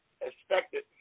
expected